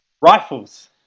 Rifles